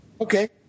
Okay